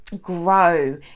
grow